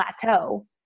plateau